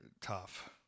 tough